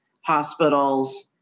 hospitals